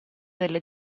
delle